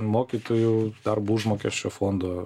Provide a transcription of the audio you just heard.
mokytojų darbo užmokesčio fondo